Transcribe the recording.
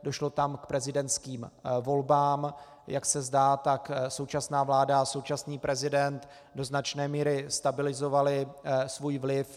Došlo tam k prezidentským volbám, jak se zdá, tak současná vláda a současný prezident do značné míry stabilizovali svůj vliv.